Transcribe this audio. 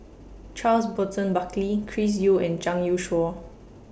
Charles Burton Buckley Chris Yeo and Zhang Youshuo